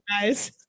guys